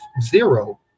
zero